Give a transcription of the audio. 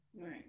Right